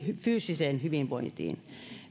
fyysiseen hyvinvointiin